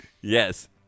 Yes